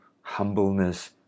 humbleness